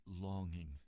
longing